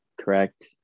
correct